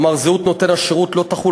כלומר חובת גילוי זהות נותן השירות לא תחול